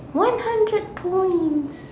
one hundred points